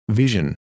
vision